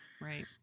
right